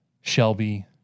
Shelby